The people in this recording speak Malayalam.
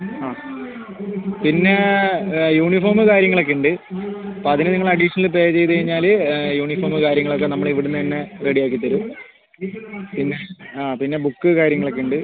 ആ പിന്നെ യൂണിഫോമ് കാര്യങ്ങളൊക്കെ ഉണ്ട് അപ്പോൾ അതിന് നിങ്ങൾ അഡിഷണൽ പേ ചെയ്ത് കഴിഞ്ഞാൽ യൂണിഫോമ് കാര്യങ്ങളൊക്കെ നമ്മൾ ഇവിടുന്ന് തന്നെ റെഡി ആക്കിത്തരും പിന്നെ ആ ബുക്ക് കാര്യങ്ങളൊക്കെ ഉണ്ട്